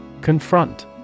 Confront